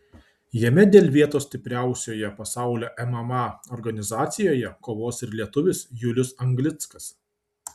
jame dėl vietos stipriausioje pasaulio mma organizacijoje kovos ir lietuvis julius anglickas